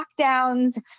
lockdowns